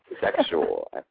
sexual